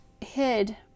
hid